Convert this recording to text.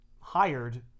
hired